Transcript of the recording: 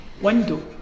window